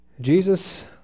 Jesus